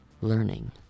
learning